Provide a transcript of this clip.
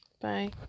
Bye